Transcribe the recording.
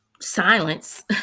silence